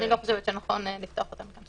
אני לא חושבת שנכון לפתוח את זה כאן.